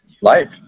life